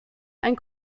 ein